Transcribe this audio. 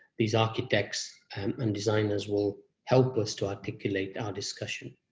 these architects and designers will help us to articulate our discussion.